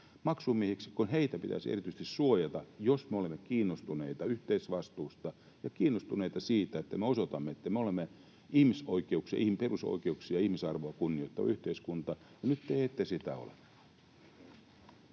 maksumiehiksi, kun heitä pitäisi erityisesti suojata, jos me olemme kiinnostuneita yhteisvastuusta ja siitä, että me osoitamme, että me olemme ihmisoikeuksia, perusoikeuksia ja ihmisarvoa kunnioittava yhteiskunta. Nyt te ette sitä ole.